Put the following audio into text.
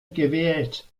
gewählt